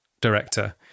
director